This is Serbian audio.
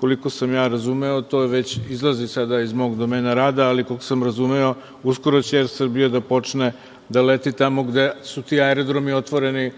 Koliko sam razumeo, to već izlazi sada iz mog domena rada, ali koliko sam razumeo, uskoro će Er Srbija da počne da leti tamo gde su ti aerodromi otvoreni